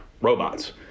robots